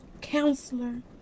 counselor